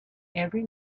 every